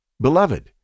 Beloved